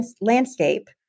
landscape